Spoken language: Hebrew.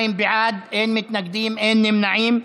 92 בעד, אין מתנגדים ואין נמנעים.